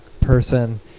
person